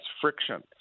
friction